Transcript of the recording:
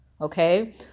Okay